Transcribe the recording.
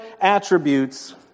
attributes